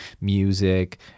music